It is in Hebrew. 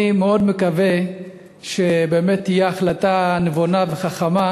אני מאוד מקווה שבאמת תהיה החלטה נבונה וחכמה,